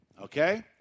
okay